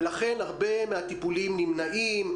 ולכן הרבה מהטיפולים נמנעים.